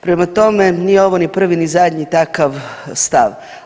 Prema tome, nije ovo ni prvi ni zadnji takav stav.